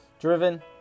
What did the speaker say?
driven